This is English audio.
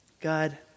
God